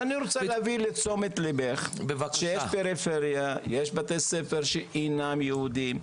אני רוצה להסב את תשומת ליבך לכך שיש בפריפריה בתי ספר לא יהודים,